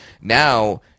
Now